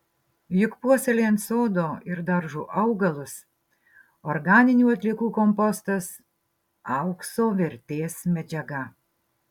juk puoselėjant sodo ir daržo augalus organinių atliekų kompostas aukso vertės medžiaga